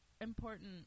important